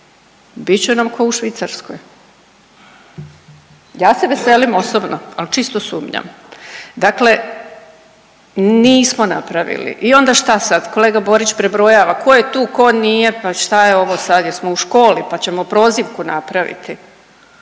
će nam ko u Švicarskoj. Ja se veselim osobno, al čisto sumnjam. Dakle nismo napravili i onda šta sad, kolega Borić prebrojava ko je tu ko nije, pa šta je ovo sad, jesmo u školi, pa ćemo prozivku napraviti.